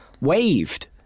waved